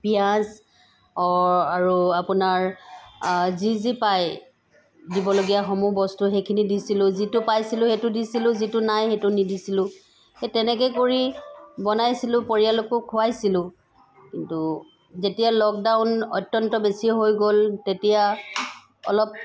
পিঁয়াজ অ' আৰু আপোনাৰ যি যি পায় দিবলগীয়া সমূহ বস্তু সেইখিনি দিছিলো যিটো পাইছিলো সেইটো দিছিলো যিটো নাই সেইটো নিদিছিলো সেই তেনেকৈ কৰি বনাইছিলো পৰিয়ালকো খুৱাইছিলো কিন্তু যেতিয়া লকডাউন অত্যন্ত বেছি হৈ গ'ল তেতিয়া অলপ